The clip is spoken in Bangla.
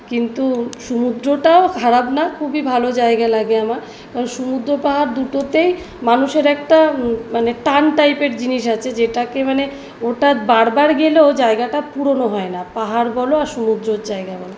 কিন্তু সমুদ্রটাও খারাপ না খুবই ভালো জায়গা লাগে আমার এবং সমুদ্র পাহাড় দুটোতেই মানুষের একটা মানে টান টাইপের জিনিস আছে যেটাকে মানে ওটা বার বার গেলেও জায়গাটা পুরোনো হয় না পাহাড় বলো আর সমুদ্রর জায়গাই বলো